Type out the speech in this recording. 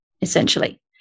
essentially